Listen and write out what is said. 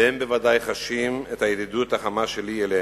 והם בוודאי חשים את הידידות החמה שלי אליהם.